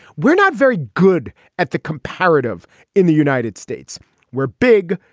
we're not very good at the comparative in the united states we're big.